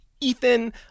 ethan